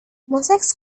mosaics